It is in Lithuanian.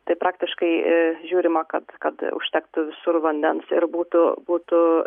tai praktiškai žiūrima kad kad užtektų visur vandens ir būtų būtų